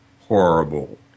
horrible